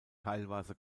teilweise